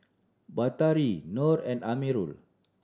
Batari Nor and Amirul